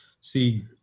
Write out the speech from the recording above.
see